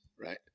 right